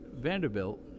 Vanderbilt